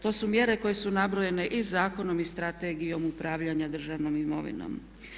To su mjere koje su nabrojene i Zakonom i Strategijom upravljanja državnom imovinom.